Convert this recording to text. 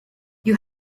you